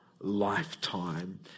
lifetime